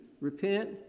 repent